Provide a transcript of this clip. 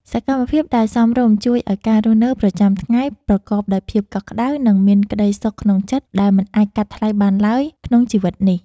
សកម្មភាពដែលសមរម្យជួយឱ្យការរស់នៅប្រចាំថ្ងៃប្រកបដោយភាពកក់ក្តៅ និង មានក្តីសុខក្នុងចិត្តដែលមិនអាចកាត់ថ្លៃបានឡើយក្នុងជីវិតនេះ។